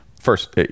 first